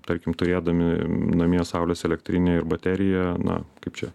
tarkim turėdami namie saulės elektrinę ir bateriją na kaip čia